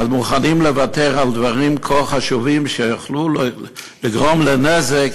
מוכנים לוותר על דברים כה חשובים, לגרום לנזק